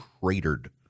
cratered